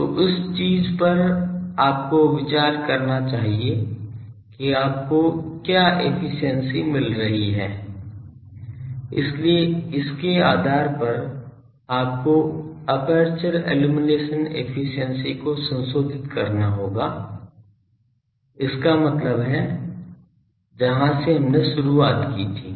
तो उस चीज पर आपको विचार करना चाहिए कि आपको क्या एफिशिएंसी मिल रही है इसलिए इसके आधार पर आपको एपर्चर इल्लुमिनेशन एफिशिएंसी को संशोधित करना होगा इसका मतलब है जहां से हमने शुरुआत की है